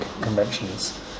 conventions